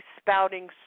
spouting